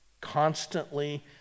constantly